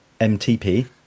mtp